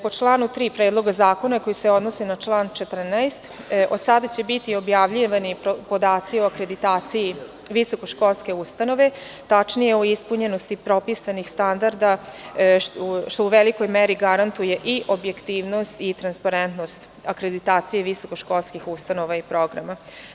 Po članu 3. Predloga zakona, koji se odnosi na član 14, od sada će biti objavljivani podaci o akreditaciji visokoškolske ustanove, tačnije o ispunjenosti propisanih standarda, što u velikoj meri garantuje i objektivnost i transparentnost akreditacije visokoškolskih ustanova i programa.